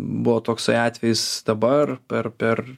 buvo toksai atvejis dabar per per